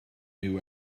new